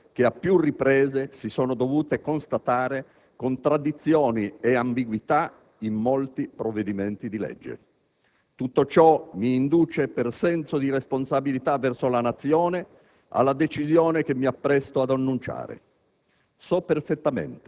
con il risultato che a più riprese si sono dovute constatare contraddizioni e ambiguità in molti provvedimenti di legge. Tutto ciò mi induce, per senso di responsabilità verso la Nazione, alla decisione che mi appresto ad annunciare.